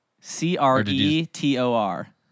C-R-E-T-O-R